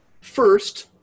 First